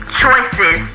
choices